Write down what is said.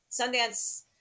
Sundance